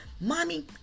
Mommy